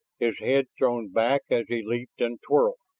his head thrown back as he leaped and twirled,